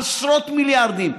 עשרות מיליארדים,